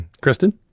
Kristen